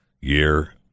year